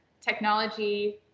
technology